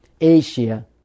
Asia